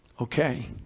okay